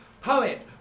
poet